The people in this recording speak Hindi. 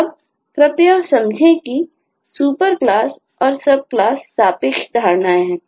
अब कृपया समझें कि सुपर क्लास और सब क्लास सापेक्ष धारणाएँ हैं